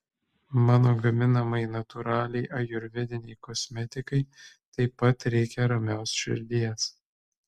mano gaminamai natūraliai ajurvedinei kosmetikai taip pat reikia ramios širdies